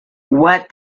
what